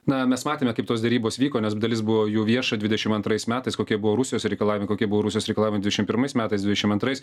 na mes matėme kaip tos derybos vyko nes dalis buvo jų vieša dvidešim antrais metais kokie buvo rusijos reikalavimai kokie buvo rusijos reikalavimai dvidešim pirmais metais dvidešim antrais